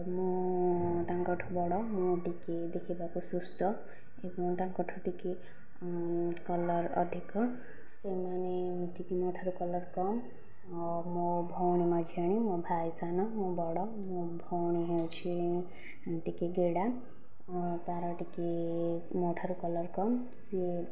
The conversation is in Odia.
ମୁଁ ତାଙ୍କ ଠାରୁ ବଡ଼ ମୁଁ ଟିକେ ଦେଖିବାକୁ ସୁସ୍ଥ ଏବଂ ତାଙ୍କ ଠାରୁ ଟିକିଏ କଲର ଅଧିକ ସେମାନେ ଟିକିଏ ମୋ ଠାରୁ କଲର କମ୍ ମୋ ଭଉଣୀ ମଝିଆଣୀ ମୋ ଭାଇ ସାନ ମୁଁ ବଡ଼ ମୋ ଭଉଣୀ ହେଉଛି ଟିକେ ଗେଡ଼ା ଓ ତାର ଟିକିଏ ମୋ ଠାରୁ କଲର କମ୍ ସେ